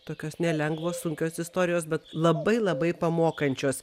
tokios nelengvos sunkios istorijos bet labai labai pamokančios